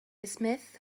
سميث